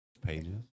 pages